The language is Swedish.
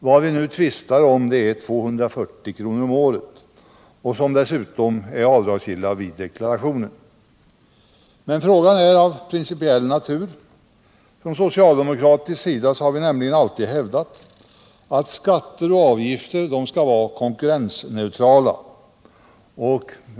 Vad vi nu tvistar om är 240 kr. om året, en summa som dessutom är avdragsgill vid deklarationen. Men frågan är av principiell natur. Från socialdemokratisk sida har vi alltid hävdat att skatter och avgifter skall vara konkurrensneutrala.